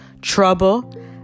Trouble